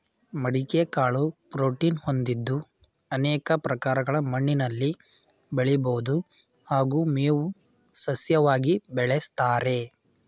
ಮಡಿಕೆ ಕಾಳು ಪ್ರೋಟೀನ್ ಹೊಂದಿದ್ದು ಅನೇಕ ಪ್ರಕಾರಗಳ ಮಣ್ಣಿನಲ್ಲಿ ಬೆಳಿಬೋದು ಹಾಗೂ ಮೇವು ಸಸ್ಯವಾಗಿ ಬೆಳೆಸ್ತಾರೆ